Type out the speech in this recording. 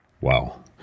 Wow